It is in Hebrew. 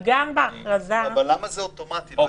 למה זה אוטומטי?